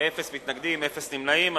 אין מתנגדים, אין נמנעים.